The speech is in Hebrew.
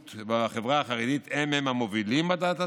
בחברה החרדית הם-הם המובילים בדעת הציבור,